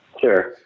Sure